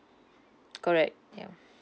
correct ya